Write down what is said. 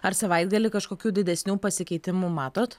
ar savaitgalį kažkokių didesnių pasikeitimų matot